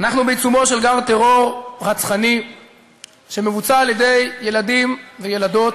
אנחנו בעיצומו של גל טרור רצחני שמבוצע על-ידי ילדים וילדות,